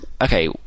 okay